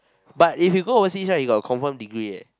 but if you go overseas right you got confirm degree leh